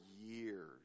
years